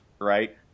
right